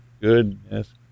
Goodness